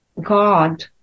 God